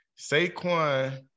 Saquon